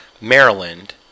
Maryland